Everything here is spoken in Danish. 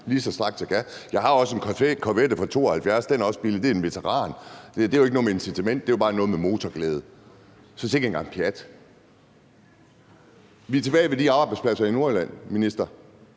lige så snart jeg kan. Jeg har også en Corvette fra 1972, og den er også billig, og det er en veteranbil. Det har jo ikke noget med incitamenter at gøre; det er bare noget med motorglæde. Så sikke en gang pjat! Vi er tilbage ved de arbejdspladser i Nordjylland, minister.